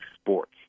sports